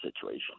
situation